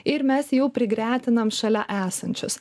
ir mes jau prigretenam šalia esančius